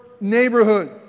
neighborhood